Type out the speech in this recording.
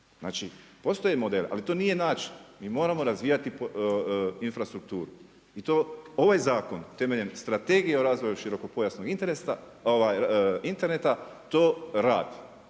Znači, postoje modeli, ali to nije način. Mi moramo razvijati infrastrukturu. I to ovaj zakon temeljem Strategije o razvoju širokopojasnog interneta, to radi.